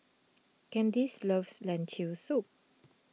Candyce loves Lentil Soup